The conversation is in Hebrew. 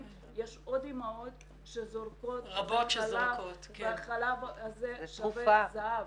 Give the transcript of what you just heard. יש עוד אימהות שזורקות חלב אם והחלב הזה שווה זהב.